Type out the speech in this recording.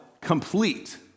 complete